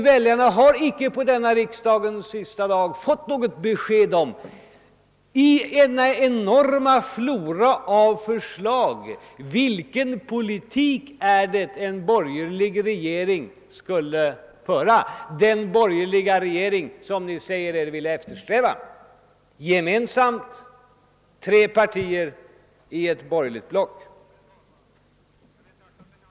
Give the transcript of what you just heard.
Väljarna har icke på denna riksdagens sista dag fått något besked om — trots denna enorma flora av förslag — vilken politik en borgerlig regering skulle föra, den borgerliga regering som ni säger er vilja eftersträva: tre partier i ett borgerligt block.